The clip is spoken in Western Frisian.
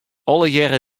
allegearre